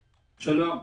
שלום.